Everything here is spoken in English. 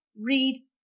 read